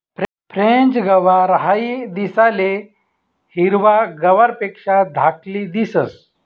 French गवार हाई दिसाले हिरवा गवारपेक्षा धाकली दिसंस